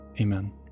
Amen